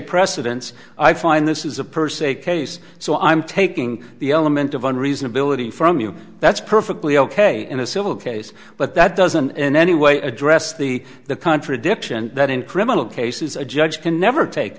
precedence i find this is a per se case so i'm taking the element of one reasonability from you that's perfectly ok in a civil case but that doesn't in any way address the the contradiction that in criminal cases a judge can never take